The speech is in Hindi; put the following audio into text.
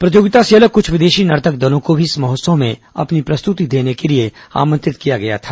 प्रतियोगिता से अलग कुछ विदेशी नर्तक दलों को भी इस महोत्सव में अपनी प्रस्तुति देने के लिए बुलाया गया था